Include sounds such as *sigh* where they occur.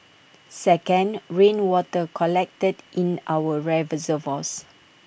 second rainwater collected in our *unintelligible*